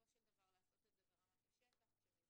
בסופו של דבר לעשות את זה ברמת השטח כשמגיעים